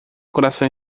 coração